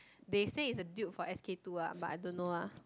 they say is the duke for S_K two lah but I don't know lah